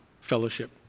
fellowship